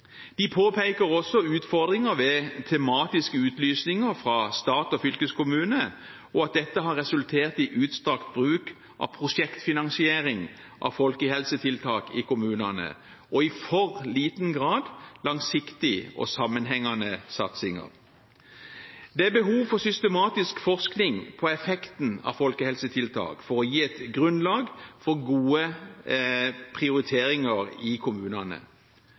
De påpeker også utfordringer ved tematiske utlysninger fra stat og fylkeskommune, og at dette har resultert i utstrakt bruk av prosjektfinansiering av folkehelsetiltak i kommunene, og i for liten grad langsiktig og sammenhengende satsinger. Det er behov for systematisk forskning på effekten av folkehelsetiltak, for å gi et grunnlag for gode prioriteringer i kommunene.